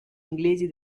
inglesi